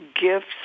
gifts